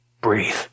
breathe